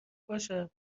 باشد